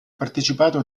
partecipato